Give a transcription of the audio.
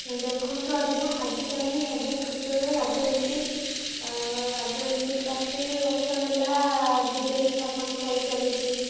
ଦେଖନ୍ତୁ ଆଜ୍ଞା ଆଜିକାଲି ସବୁ କ୍ଷେତ୍ରରେ ରାଜନୀତି ରାଜନୀତି ପଚିଶ ବର୍ଷ ହେଲା ବି ଜେ ଡ଼ି ଶାସନ କରିଚାଲିଛି